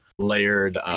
Layered